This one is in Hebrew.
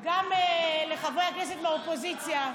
גם לחברי הכנסת מהאופוזיציה.